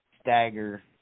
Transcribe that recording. stagger